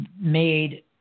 made